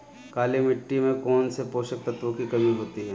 काली मिट्टी में कौनसे पोषक तत्वों की कमी होती है?